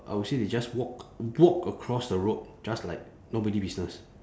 I will say they just walk walk across the road just like nobody business